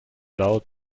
laut